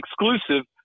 exclusive